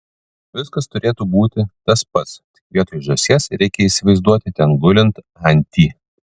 viskas turėtų būti tas pats tik vietoj žąsies reikia įsivaizduoti ten gulint antį